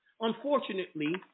unfortunately